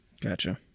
Gotcha